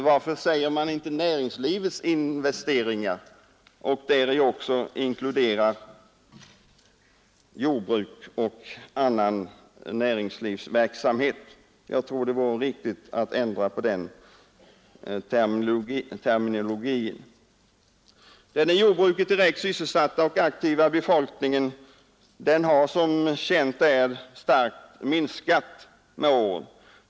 Varför säger man inte ”näringslivets investeringar”, däri också inkluderande jordbruk och annan näringsverksamhet? Jag anser att det vore riktigt att ändra på den terminologin. Den i jordbruket direkt sysselsatta och aktiva befolkningen har som känt är starkt minskat med åren.